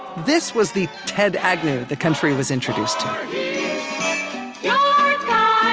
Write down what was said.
this was the ted agnew the country was introduced ah yeah